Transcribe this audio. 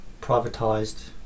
privatized